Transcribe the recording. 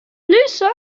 lisa